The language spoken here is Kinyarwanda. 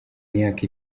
myaka